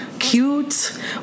Cute